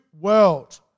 world